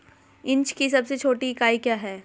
Inch की सबसे छोटी इकाई क्या है?